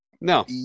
No